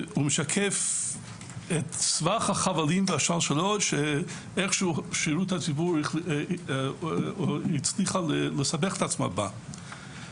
משקף את סבך החבלים והשלשלאות שהשירות הציבורי הצליח לסבך את עצמו בהם.